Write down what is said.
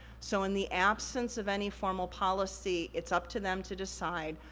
so, in the absence of any formal policy, it's up to them to decide,